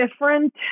different